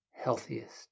healthiest